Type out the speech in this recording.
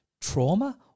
trauma